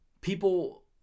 People